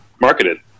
marketed